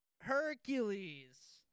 Hercules